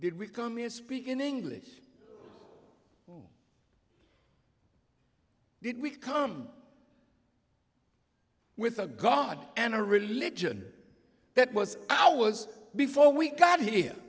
did we come here speak in english did we come with a god and a religion that was i was before we got here